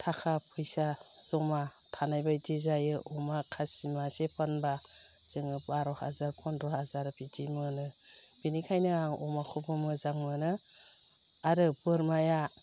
ताखा फैसा जमा थानायबायदि जायो अमा खासि मासे फानबा जोङो बार' हाजार फन्द्र हाजार बिदि मोनो बिनिखायनो आं अमाखौबो मोजां मोनो आरो बोरमाया